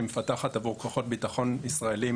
היא מפתחת עבור כוחות ביטחון ישראליים